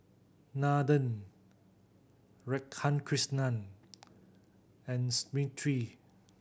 Nathan Radhakrishnan and Smriti